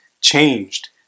changed